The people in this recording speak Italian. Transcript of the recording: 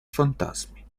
fantasmi